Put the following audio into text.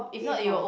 eat from